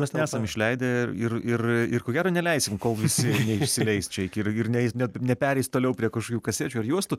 mes nesam išleidę ir ir ir ko gero neleisim kol visi neišsileis čia ir ir nepereis toliau prie kažkokių kasečių ar juostų